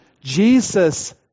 Jesus